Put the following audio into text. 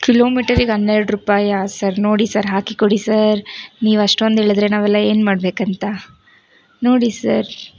ಕಿಲೋಮೀಟರಿಗೆ ಹನ್ನೆರಡು ರೂಪಾಯಾ ಸರ್ ನೋಡಿ ಸರ್ ಹಾಕಿ ಕೊಡಿ ಸರ್ ನೀವು ಅಷ್ಟೊಂದು ಹೇಳದ್ರೆ ನಾವೆಲ್ಲ ಏನು ಮಾಡಬೇಕಂತ ನೋಡಿ ಸರ್